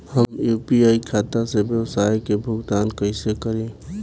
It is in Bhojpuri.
हम यू.पी.आई खाता से व्यावसाय के भुगतान कइसे करि?